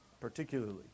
particularly